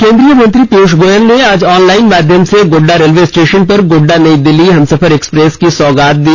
केंद्रीय मंत्री पीयूष गोयल ने आज ऑनलाइन माध्यम से गोड्डा रेलवे स्टेशन पर गोड्डा नई दिल्ली हमसफर एक्सप्रेस की सौगात दी